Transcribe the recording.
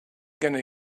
gonna